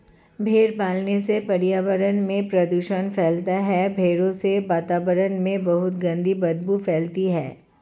भेड़ पालन से पर्यावरण में प्रदूषण फैलता है भेड़ों से वातावरण में बहुत गंदी बदबू फैलती है